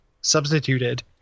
substituted